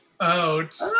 out